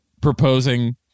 proposing